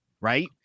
Right